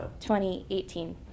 2018